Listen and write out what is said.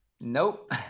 Nope